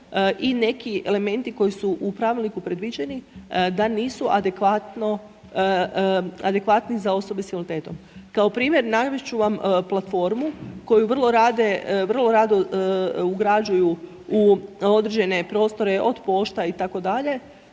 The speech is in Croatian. i neki elementi koji su u pravilniku predviđeni, da nisu adekvatno, adekvatni za osobe s invaliditetom. Kao primjer navest ću vam platformu koju vrlo rado ugrađuju u određene prostore, od pošta itd.,